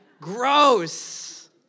Gross